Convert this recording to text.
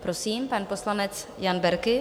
Prosím, pan poslanec Jan Berki.